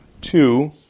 two